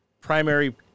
primary